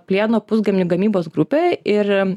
plieno pusgaminių gamybos grupė ir